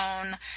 own